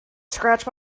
scratch